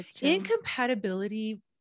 incompatibility